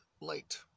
late